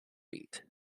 feet